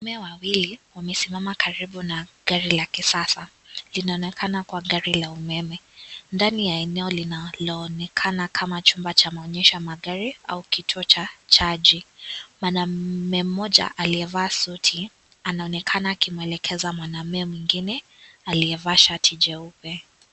Wanaume wawili wamesimama karibu na gari la kisasa, linaonekana kuwa gari la umeme. Ndani ya eneo linaloonekana kama jumba cha maonyesho ya magari au kituo cha jaji. Mwanaume mmoja aliyevaa suti anaonekana akimwelekeza mwingine aliyevaa shati jeupe.